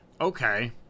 Okay